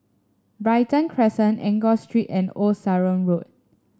Brighton Crescent Enggor Street and Old Sarum Road